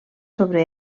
sobre